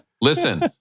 Listen